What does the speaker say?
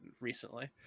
recently